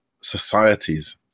societies